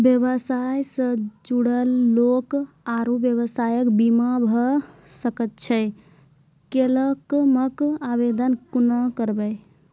व्यवसाय सॅ जुड़ल लोक आर व्यवसायक बीमा भऽ सकैत छै? क्लेमक आवेदन कुना करवै?